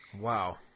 Wow